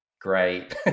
great